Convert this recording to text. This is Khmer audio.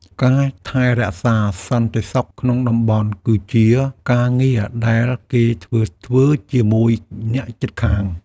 ការថែរក្សាសន្តិសុខក្នុងតំបន់គឺជាការងារដែលគេធ្វើជាមួយអ្នកជិតខាង។